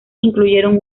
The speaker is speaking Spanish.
incluyeron